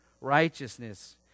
righteousness